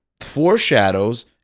foreshadows